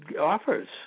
offers